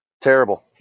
Terrible